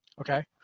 Okay